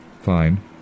fine